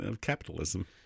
capitalism